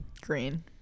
green